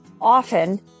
often